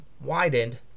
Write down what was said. widened